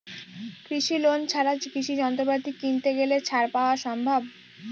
কৃষি লোন ছাড়া কৃষি যন্ত্রপাতি কিনতে গেলে ছাড় পাওয়া সম্ভব?